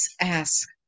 ask